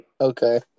Okay